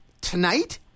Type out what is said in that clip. tonight